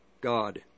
God